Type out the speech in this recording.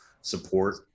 support